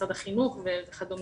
למשרד החינוך וכדומה.